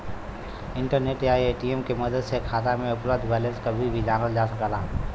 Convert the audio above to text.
internet या ATM के मदद से खाता में उपलब्ध बैलेंस कभी भी जानल जा सकल जाला